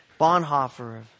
Bonhoeffer